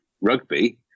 rugby